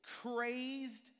crazed